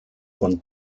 con